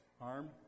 arm